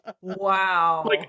Wow